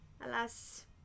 alas